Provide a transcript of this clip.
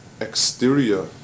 exterior